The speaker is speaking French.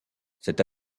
cette